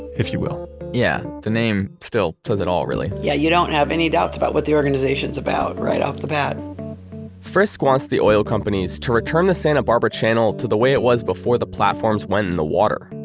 if you will yeah, the name still says it all, really yeah, you don't have any doubts about what the organization's about, right off the bat frisk wants the oil companies to return the santa barbara channel to the way it was before the platforms went in the water,